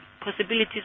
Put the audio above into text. possibilities